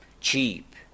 cheap